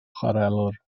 chwarelwr